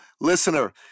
listener